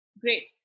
Great